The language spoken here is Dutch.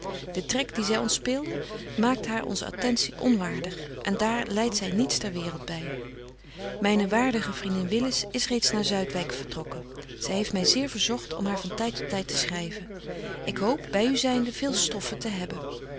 de trek die zy ons speelde maakt haar onze attentie onwaardig en daar lydt zy niets ter waereld by myne waardige vriendin willis is reeds naar zuidwyk vertrokken zy heeft my zeer verzogt om haar van tyd tot tyd te schryven ik hoop by u zynde veel stoffe te hebben